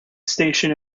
station